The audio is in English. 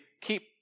keep